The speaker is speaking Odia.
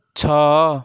ଛଅ